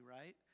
right